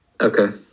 Okay